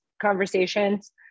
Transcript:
conversations